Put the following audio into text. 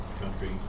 country